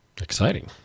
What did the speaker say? Exciting